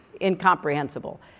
incomprehensible